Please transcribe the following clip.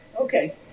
Okay